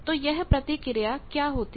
तो यह प्रतिक्रिया क्या होती है